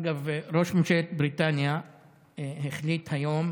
אגב, ראש ממשלת בריטניה החליט היום